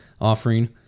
offering